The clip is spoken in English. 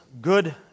good